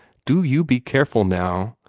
do you be careful, now!